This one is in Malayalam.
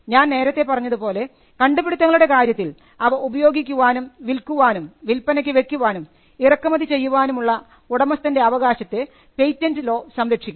ഞാൻ നേരത്തെ പറഞ്ഞതു പോലെ കണ്ടുപിടുത്തങ്ങളുടെ കാര്യത്തിൽ അവ ഉപയോഗിക്കാനും വിൽക്കുവാനും വിൽപ്പനയ്ക്ക് വെക്കുവാനും ഇറക്കുമതി ചെയ്യുവാനും ഉള്ള ഉടമസ്ഥൻറെ അവകാശത്തെ പേറ്റൻറ് ലോ സംരക്ഷിക്കുന്നു